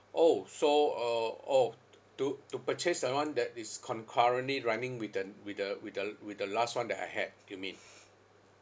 orh so uh orh t~ to to purchase that [one] that is concurrently running with the with the with the l~ with the last one that I had you mean